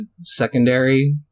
secondary